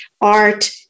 art